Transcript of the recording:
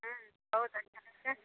हँ बहुत अच्छा तऽ छै